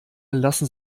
lassen